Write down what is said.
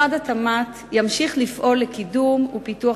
משרד התמ"ת ימשיך לפעול לקידום ולפיתוח